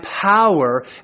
power